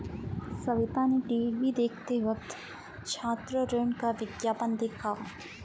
सविता ने टीवी देखते वक्त छात्र ऋण का विज्ञापन देखा